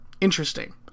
Interesting